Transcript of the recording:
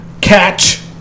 catch